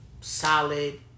solid